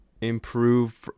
improve